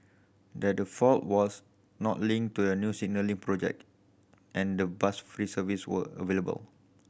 that the fault was not linked to a new signalling project and the bus free service were available